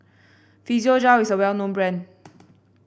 physiogel is a well known brand